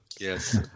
Yes